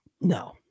No